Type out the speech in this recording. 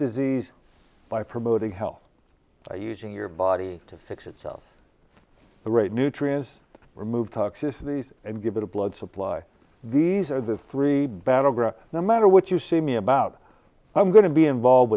disease by promoting health using your body to fix itself the right nutrients remove toxicities and give it a blood supply these are the three battleground no matter what you see me about i'm going to be involved